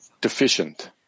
deficient